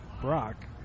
Brock